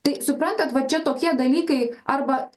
tai suprantat va čia tokie dalykai arba